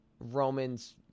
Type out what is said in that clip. Romans